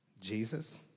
Jesus